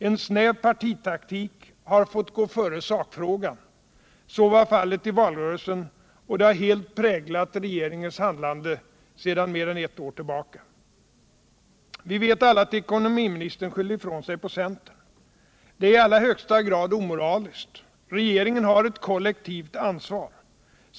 En snäv partitaktik har fått gå före sakfrågan. Så var fallet i valrörelsen och det har helt präglat regeringens handlande sedan mer än ett år tillbaka. Vi vet alla att ekonomiministern skyller ifrån sig på centern. Det är i allra högsta grad omoraliskt. Regeringen har ett kollektivt ansvar.